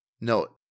Note